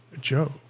Joe